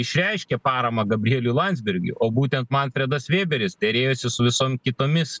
išreiškė paramą gabrieliui landsbergiui o būtent manfredas vėberis derėjosi su visom kitomis